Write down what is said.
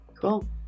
Cool